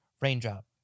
raindrop